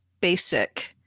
basic